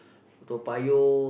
Toa-Payoh